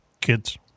kids